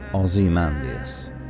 Ozymandias